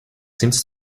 seems